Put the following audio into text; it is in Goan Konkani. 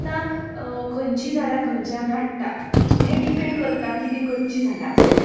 आतां खंयची झाडां खंयच्यान हाडटा हें डिपेंड करता की ती खंची झाडां आसा